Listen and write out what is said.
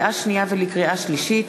לקריאה שנייה ולקריאה שלישית: